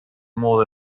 more